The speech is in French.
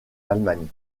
allemagne